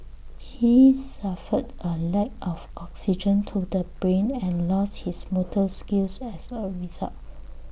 he suffered A lack of oxygen to the brain and lost his motor skills as A result